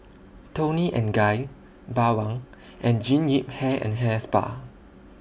Toni and Guy Bawang and Jean Yip Hair and Hair Spa